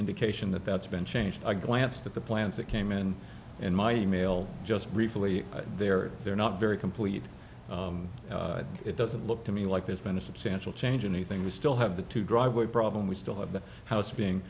indication that that's been changed i glanced at the plans that came in in my e mail just briefly there they're not very complete it doesn't look to me like there's been a substantial change in anything we still have the two driveway problem we still have the house being